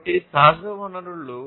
కాబట్టి సహజ వనరులు